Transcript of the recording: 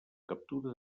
captura